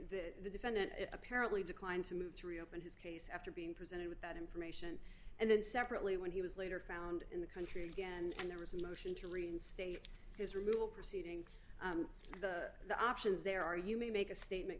that the defendant apparently declined to move to reopen his case after being presented with that information and then separately when he was later found in the country again and there was a motion to reinstate his removal proceedings the options there are you may make a statement